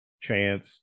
chance